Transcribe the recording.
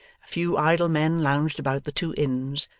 a few idle men lounged about the two inns,